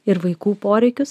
ir vaikų poreikius